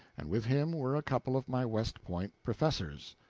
and with him were a couple of my west point professors.